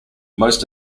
most